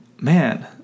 man